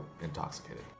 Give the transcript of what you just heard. intoxicated